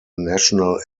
national